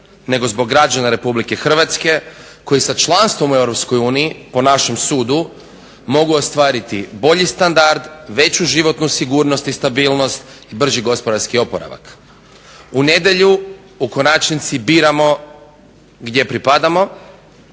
nego zbog građana Republike Hrvatske koji sa članstvom u Europskoj uniji po našem sudu mogu ostvariti bolji standard, veću životnu sigurnost i stabilnost i brži gospodarski oporavak. U nedjelju u konačnici biramo gdje pripadamo,